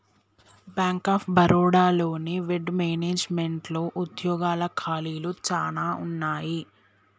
bank of Baroda లోని వెడ్ మేనేజ్మెంట్లో ఉద్యోగాల ఖాళీలు చానా ఉన్నయి